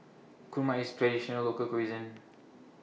Kurma IS A Traditional Local Cuisine